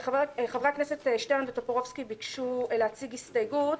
חברי הכנסת שטרן וטופורובסקי ביקשו להציג הסתייגות